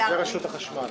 זה רשות החשמל.